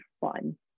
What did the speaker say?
fun